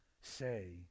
Say